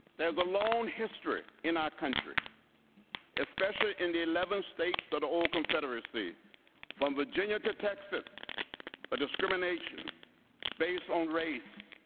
there's a long history in our country especially in the eleven states that are all confederacy from virginia to texas of discrimination based on race,